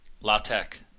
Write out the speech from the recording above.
Latex